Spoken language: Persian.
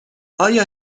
آیا